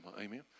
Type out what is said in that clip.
Amen